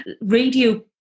radio